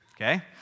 Okay